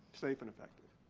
safe and effective.